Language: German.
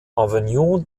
avenue